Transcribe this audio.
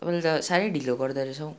तपाईँले त साह्रै ढिलो गर्दोरहेछ हो